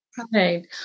Okay